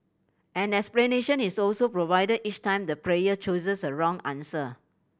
an explanation is also provided each time the player chooses a wrong answer